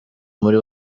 muri